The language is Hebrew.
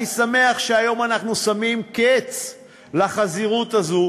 אני שמח שהיום אנחנו שמים קץ לחזירות הזאת